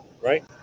right